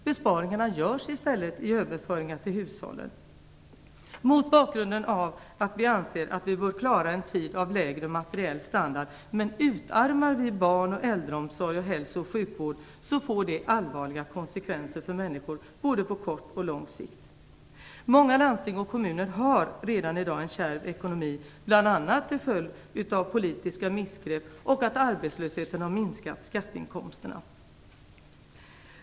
Besparingarna görs i stället i överföringen till hushållen mot bakgrund av att vi anser att vi bör klara en tid av lägre materiell standard. Men utarmar vi barn och äldreomsorgen samt hälso och sjukvården får det allvarliga konsekvenser för människor på både kort och lång sikt. Många landsting och kommuner har redan i dag en kärv ekonomi bl.a. till följd av politiska missgrepp och det faktum att arbetslösheten har minskat skatteinkomsterna.